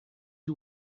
you